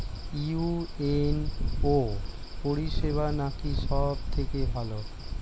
UNO পরিসেবা নাকি সব থেকে ভালো?